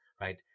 right